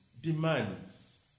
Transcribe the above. demands